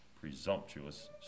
presumptuous